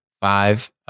five